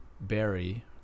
Barry